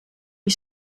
wie